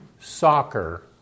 soccer